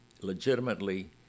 legitimately